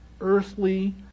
earthly